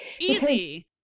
Easy